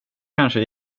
kanske